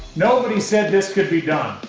nobody said this could be done.